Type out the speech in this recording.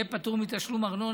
הוא יהיה פטור מתשלום ארנונה.